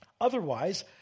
Otherwise